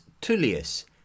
Tullius